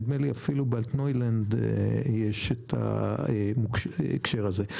נדמה לי אפילו שבאלטנוילנד יש את ההקשר הזה.